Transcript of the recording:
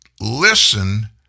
listen